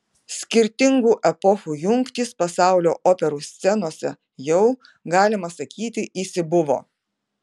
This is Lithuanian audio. skirtingų epochų jungtys pasaulio operų scenose jau galima sakyti įsibuvo